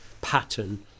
pattern